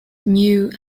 knew